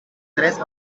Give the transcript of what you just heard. tres